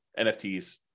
NFTs